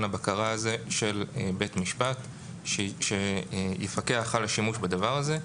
הבקרה הזה של בית משפט שיפקח על השימוש בדבר הזה.